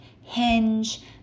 hinge